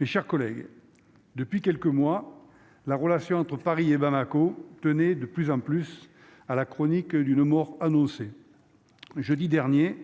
mes chers collègues, depuis quelques mois, la relation entre Paris et Bamako, tenez, de plus en plus à la chronique d'une mort annoncée, jeudi dernier,